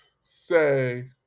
say